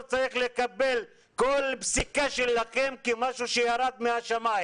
צריך לקבל כל פסיקה שלכם כמשהו שירד מהשמיים?